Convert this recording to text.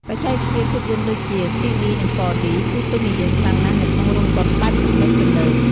បច្ចេកវិទ្យាភាពយន្តដូចជា ស្រុីឌី និង ហ្វរឌី គឺពេញនិយមខ្លាំងណាស់នៅក្នុងរោងកុនបែបទំនើបៗ។